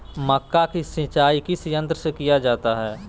मक्का की सिंचाई किस यंत्र से किया जाता है?